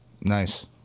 Nice